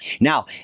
Now